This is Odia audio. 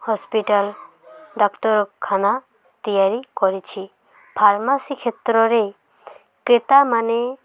ହସ୍ପିଟାଲ ଡାକ୍ତରଖାନା ତିଆରି କରିଛି ଫାର୍ମାସୀ କ୍ଷେତ୍ରରେ କ୍ରେତାମାନେ